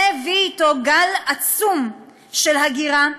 זה הביא אתו גל עצום של הגירה,